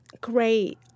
great